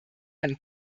ein